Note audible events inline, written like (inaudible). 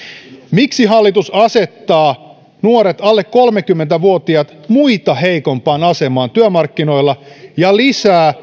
miksi hallitus asettaa alle kolmekymmentä vuotiaat muita heikompaan asemaan työmarkkinoilla ja lisää (unintelligible)